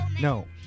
No